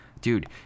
Dude